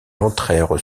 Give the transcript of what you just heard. entrèrent